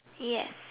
yes